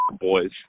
boys